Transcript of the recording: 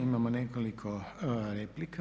Imamo nekoliko replika.